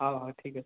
ହଉ ହଉ ଠିକ୍ ଅଛି